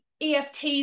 EFTs